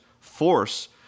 force